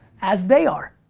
as they are,